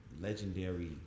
legendary